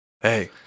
Hey